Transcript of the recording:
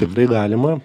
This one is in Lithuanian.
tikrai galima